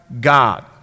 God